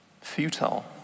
futile